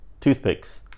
Toothpicks